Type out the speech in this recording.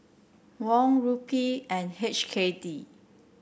Won Rupee and H K D